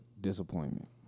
disappointment